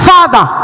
Father